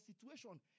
situation